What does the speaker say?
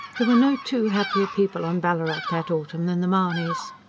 there were no two happier people on ballarat that autumn than the mahonys.